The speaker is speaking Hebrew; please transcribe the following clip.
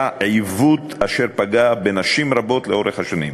עיוות אשר פגע בנשים רבות לאורך השנים.